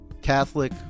Catholic